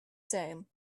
same